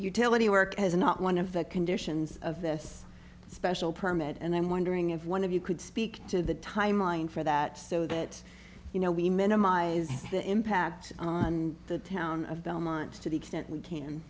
utility work as not one of the conditions of this special permit and i'm wondering if one of you could speak to the timeline for that so that you know we minimize the impact on the town of belmont